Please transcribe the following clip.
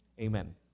Amen